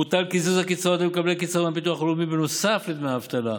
בוטל קיזוז הקצבאות למקבלי קצבה מהביטוח הלאומי נוסף לדמי אבטלה,